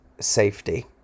safety